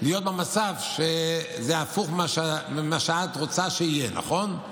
להיות במצב, זה הפוך ממה שאת רוצה שיהיה, נכון?